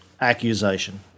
accusation